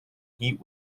heat